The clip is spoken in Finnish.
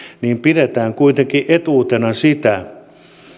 niin pidetään kuitenkin etuutena sitä